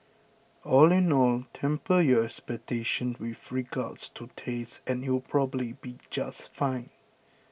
all in all temper your expectations with regards to taste and it'll probably be just fine